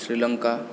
Sri Lanka